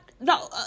no